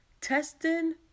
Testing